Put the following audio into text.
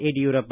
Yediyurappa